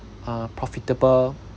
uh profitable